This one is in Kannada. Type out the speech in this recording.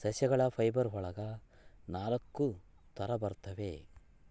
ಸಸ್ಯಗಳ ಫೈಬರ್ ಒಳಗ ನಾಲಕ್ಕು ತರ ಬರ್ತವೆ